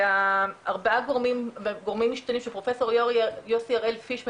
ארבעה גורמים משתנים שפרופ' יוסי הראל פיש מציין,